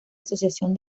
asociación